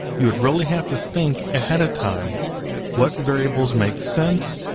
you would really have to think ahead of time what variables make sense,